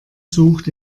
sucht